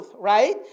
right